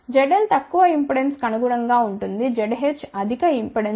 Zl తక్కువ ఇంపెడెన్స్కు అనుగుణంగా ఉంటుంది Zh అధిక ఇంపెడెన్స్